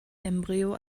embryo